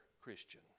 christian